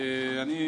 אני,